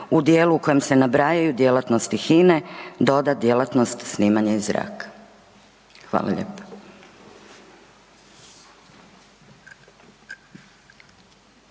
u dijelu u kojem se nabrajaju djelatnosti HINA doda djelatnost „snimanje iz zraka“. Hvala lijepo.